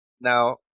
Now